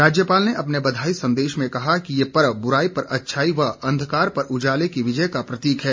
राज्यपाल ने अपने बधाई संदेश में कहा कि ये पर्व बुराई पर अच्छाई व अंधकार पर उजाले की विजय का प्रतीक है